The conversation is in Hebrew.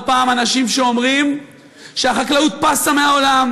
פעם אנשים שאומרים שהחקלאות פסה מהעולם.